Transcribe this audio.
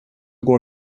går